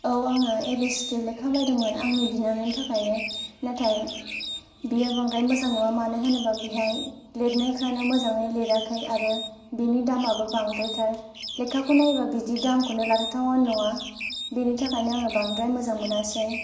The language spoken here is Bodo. औ आं आङो ए बि सि डि लेखा बायदोंमोन आंनि बिनानावनि थाखायनो नाथाय बियो बांद्राय मोजां नङा मानोहोनोब्ला बेहाय लिरनायफ्रानो मोजाङै लिराखै आरो बेनि दामाबो बांद्रायथार लेखाखौ नायोब्ला बिदि दामखौ लाथावथावआनो नङा बेनि थाखायनो आङो बांद्राय मोजां मोनासै